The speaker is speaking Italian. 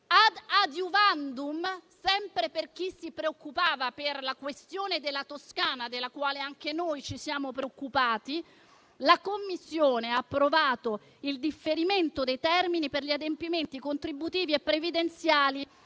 *Ad adiuvandum,* sempre per chi si preoccupava per la questione della Toscana, della quale anche noi ci siamo preoccupati, la Commissione ha approvato il differimento dei termini per gli adempimenti contributivi e previdenziali